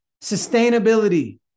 sustainability